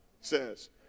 says